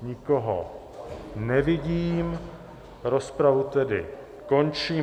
Nikoho nevidím, rozpravu tedy končím.